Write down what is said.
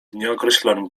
nieokreślonym